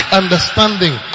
understanding